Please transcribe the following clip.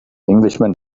englishman